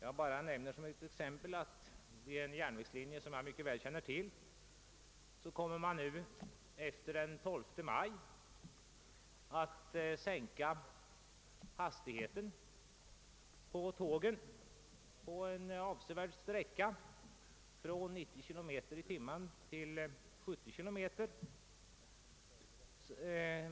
Jag nämner bara såsom ett exempel att man på en järnvägslinje, som jag mycket väl känner till, fr.o.m. den 12 maj kommer att sänka tågens hastighet på en avsevärd sträcka från 90 till 70 km i timmen.